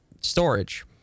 storage